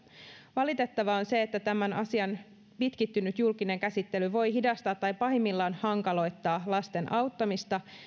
valitettavaa on se että tämän asian pitkittynyt julkinen käsittely voi hidastaa tai pahimmillaan hankaloittaa lasten auttamista